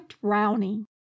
drowning